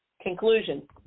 Conclusion